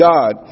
God